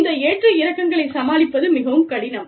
இந்த ஏற்ற இறக்கங்களைச் சமாளிப்பது மிகவும் கடினம்